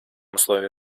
условий